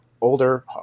older